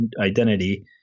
identity